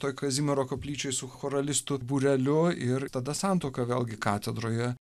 toj kazimiero koplyčioj su choralistų bureliu ir tada santuoka vėlgi katedroje